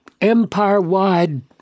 empire-wide